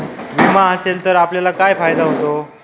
विमा असेल तर आपल्याला काय फायदा होतो?